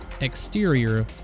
exterior